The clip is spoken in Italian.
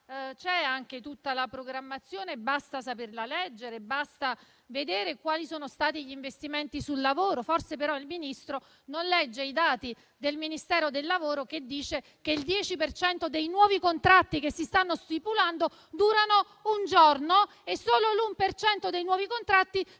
c'è anche tutta la programmazione, basta saperla leggere, basta vedere quali sono stati gli investimenti sul lavoro. Forse, però, il Ministro non legge i dati del Ministero del lavoro che dice che il 10 per cento dei nuovi contratti che si stanno stipulando duran un giorno e solo l'uno per cento dei nuovi contratti supera